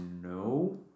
No